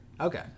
okay